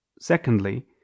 secondly